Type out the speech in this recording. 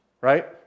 Right